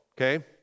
okay